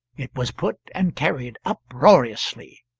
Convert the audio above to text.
it was put and carried uproariously.